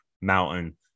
mountain